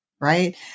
Right